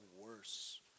worse